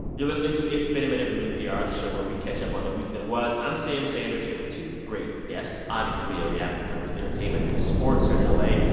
you're listening to it's been a minute from npr, the show where we catch up on the week that was. i'm sam sanders here with two great guests audrey cleo yap, who covers entertainment and sports here in in la,